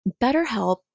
BetterHelp